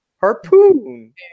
harpoon